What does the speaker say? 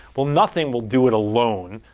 well, nothing will do it alone.